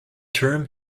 term